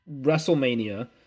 WrestleMania